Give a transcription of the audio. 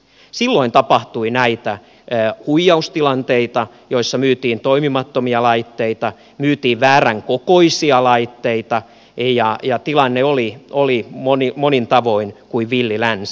silloin tapahtui näitä huijaustilanteita joissa myytiin toimimattomia laitteita myytiin väärän kokoisia laitteita ja tilanne oli monin tavoin kuin villi länsi